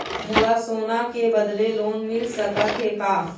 मोला सोना के बदले लोन मिल सकथे का?